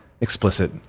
explicit